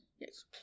yes